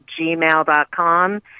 Gmail.com